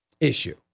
issue